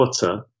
butter